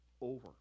over